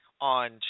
on